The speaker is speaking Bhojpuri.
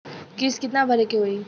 किस्त कितना भरे के होइ?